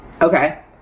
Okay